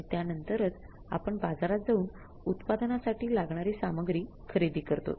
आणि त्यांनंतरच आपण बाजारात जाऊन उत्पादनासाठी लागणारी सामग्री खरेदी करतोत